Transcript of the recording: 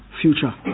future